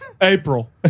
April